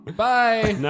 bye